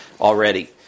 already